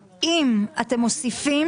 מי שלא נמצא